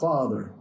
Father